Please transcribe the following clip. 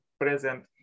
present